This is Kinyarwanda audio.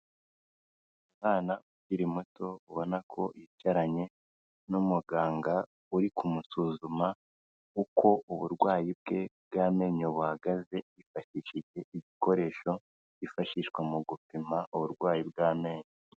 Umwana ukiri muto ubona ko yicaranye n'umuganga uri kumusuzuma uko uburwayi bwe bw'amenyo buhagaze hifashishije igikoresho byifashishwa mu gupima uburwayi bw'amenyo.